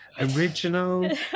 Original